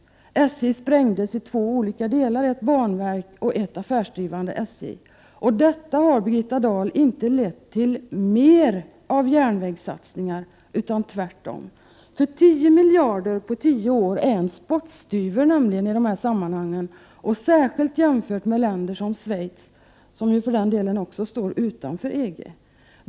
SJ sprängdes i två olika delar, ett banverk och ett affärsdrivande SJ. Detta har, Birgitta Dahl, inte lett till mer av järnvägssatsningar, utan tvärtom. För 10 miljarder på tio år är en spottstyver i de här sammanhangen, särskilt jämfört med länder som Schweiz, som för den delen också står utanför EG.